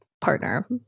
partner